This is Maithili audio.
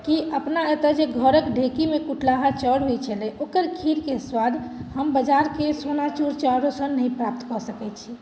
कि अपना एतय जे घरक ढेकीमे कुटलाहा चाउर होइत छलै ओकर खीरके स्वाद हम बाजारके सोनाचूर चाउरोसँ नहि प्राप्त कऽ सकैत छी